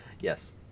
Yes